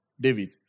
David